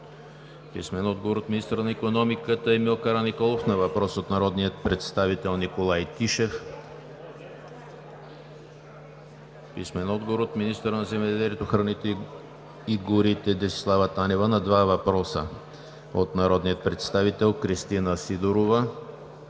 Пенчо Милков; - министъра на икономиката Емил Караниколов на въпрос от народния представител Николай Тишев; - министъра на земеделието, храните и горите Десислава Танева на два въпроса от народния представител Кристина Сидорова;